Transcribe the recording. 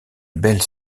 belle